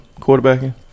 quarterbacking